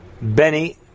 Benny